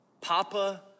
Papa